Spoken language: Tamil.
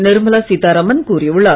நிர்மலா சீதாராமன் கூறியுள்ளார்